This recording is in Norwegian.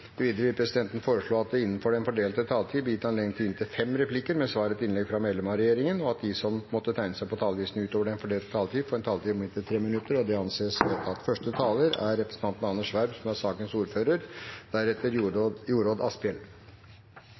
Videre vil presidenten foreslå at det blir gitt anledning til replikkordskifte på inntil tre replikker med svar etter innlegg fra medlemmer av regjeringen innenfor den fordelte taletid, og at de som måtte tegne seg på talerlisten utover den fordelte taletid, får en taletid på inntil 3 minutter. – Det anses vedtatt.